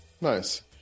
Nice